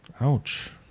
Ouch